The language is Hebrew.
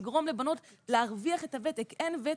לגרום לבנות להרוויח את הוותק אין ותק,